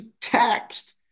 text